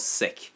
sick